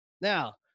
Now